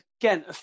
Again